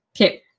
Okay